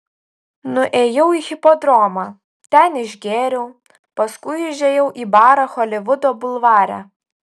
nuėjau į hipodromą ten išgėriau paskui užėjau į barą holivudo bulvare